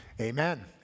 amen